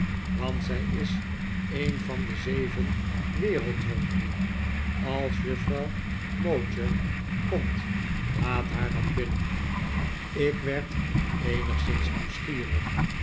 want zij is een van de zeven wereldwonderen als juffrouw mowcher komt laat haar dan binnen ik werd eenigszins nieuwsgierig